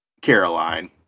Caroline